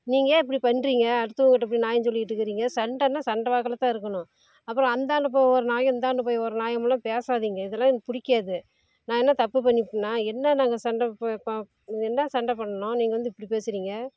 நீங்கள் ஏன் இப்படி பண்ணுறீங்க அடுத்தவங்கிட்டே போய் நியாயம் சொல்லிக்கிட்டுருக்குறீங்க சண்டைனா சண்டை வாக்கிலத்தான் இருக்கணும் அப்புறம் அந்தாண்ட போய் ஒரு நியாயம் இந்தாண்ட போய் ஒரு நியாயம்லாம் பேசாதீங்க இதெல்லாம் எனக்கு பிடிக்காது நான் என்ன தப்பு பண்ணிட்டேனா என்ன நாங்கள் சண்டை இப்போ என்ன சண்டை பண்ணோம் நீங்கள் வந்து இப்படி பேசுகிறீங்க